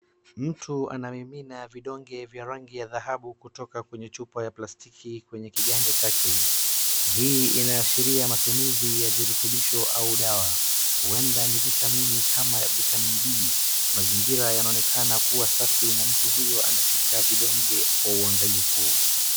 Mtu anamimina vidonge vya rangi ya dhahabu kutoka kwenye chupa ya plastiki kwenye kiganja chake. Hii inaashiria matumizi ya virutubisho au dawa. Huenda ni vitamini kama vitamin D . Mazingira yanaonekana kuwa safi na mtu huyu anashika vidonge kwa uangalifu.